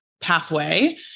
pathway